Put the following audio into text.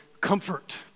comfort